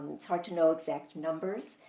it's hard to know exact numbers.